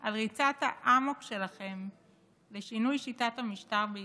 על ריצת האמוק שלכם לשינוי שיטת המשטר בישראל.